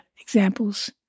examples